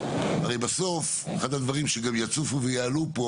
בסוף, אחד הדברים שיצופו ויעלו פה